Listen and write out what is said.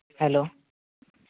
hello